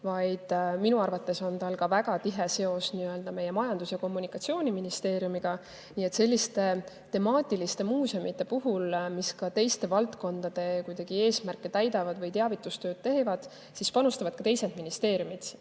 vaid minu arvates on tal väga tihe seos ka meie Majandus- ja Kommunikatsiooniministeeriumiga. Selliste temaatiliste muuseumide puhul, mis ka teiste valdkondade eesmärke täidavad või teavitustööd teevad, panustavad ka teised ministeeriumid.